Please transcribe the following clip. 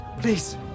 please